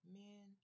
men